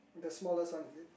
the smallest one is it